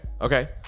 okay